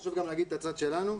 וחשוב שנגיד גם את הצד שלנו,